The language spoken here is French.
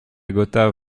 gotha